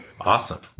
Awesome